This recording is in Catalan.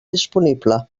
disponible